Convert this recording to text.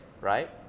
right